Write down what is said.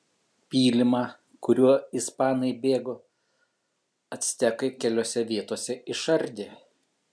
pylimą kuriuo ispanai bėgo actekai keliose vietose išardė